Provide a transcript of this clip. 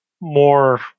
more